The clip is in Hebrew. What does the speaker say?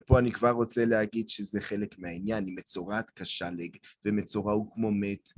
פה אני כבר רוצה להגיד שזה חלק מהעניין, היא מצורעת כשלג, ומצורע הוא כמו מת.